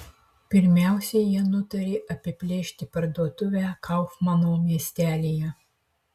pirmiausia jie nutarė apiplėšti parduotuvę kaufmano miestelyje